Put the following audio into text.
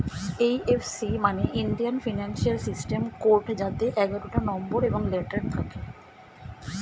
এই F C মানে Indian financial system code যাতে এগারোটা নম্বর এবং লেটার থাকে